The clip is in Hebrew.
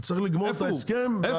צריך לגמור את ההסכם.